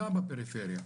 גם בפריפריה,